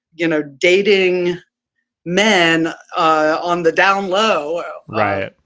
you know, dating men on the down low. right.